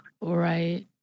Right